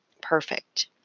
perfect